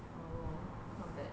oh not bad